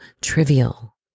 trivial